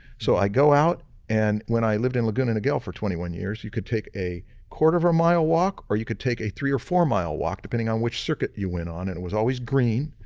so, i go out and when i lived in laguna niguel for twenty one years, you could take a quarter of a mile walk or you could take a three or four mile walk depending on which circuit you went on and it was always green.